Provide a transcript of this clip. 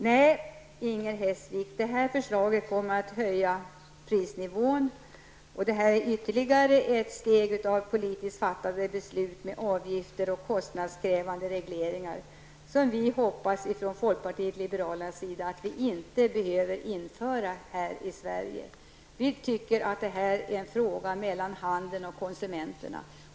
Nej, Inger Hestvik, det här förslaget -- om det genomförs -- kommer att höja prisnivån. Det är fråga om ytterligare ett beslut i raden av politiskt fattade beslut med avgifter och kostnadskrävande regleringar. Vi i folkpartiet liberalerna hoppas att inga fler sådana regleringar skall införas i vårt land. Vi anser att det här är en fråga mellan handeln och konsumenterna.